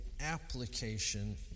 application